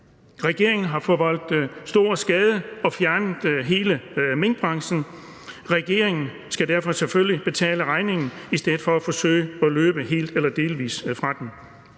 Regeringen har forvoldt stor skade og fjernet hele minkbranchen, og regeringen skal derfor selvfølgelig betale regningen i stedet for at forsøge at løbe helt eller delvis fra den.